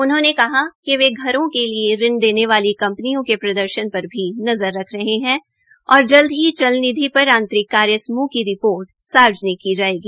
उन्होंने कहा कि घरों के लिये ऋण देने वाली कंपनियों के प्रदर्शन पर भी नजर रख रहे है और जल्द ही चल निधि पर आंतरिक कार्य समूह की रिपोर्ट सार्वजनिक कर दी है